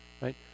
right